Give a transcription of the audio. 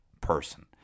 person